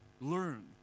learn